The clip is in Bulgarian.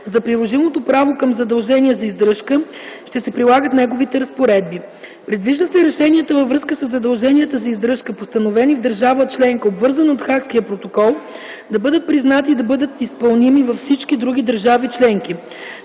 за приложимото право към задължения за издръжка, ще се прилагат неговите разпоредби. Предвижда се решенията във връзка със задълженията за издръжка, постановени в държава членка, обвързана от Хагския протокол, да бъдат признати и да бъдат изпълними във всички други държави членки,